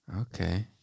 Okay